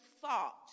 thought